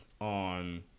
on